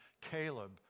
Caleb